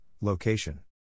location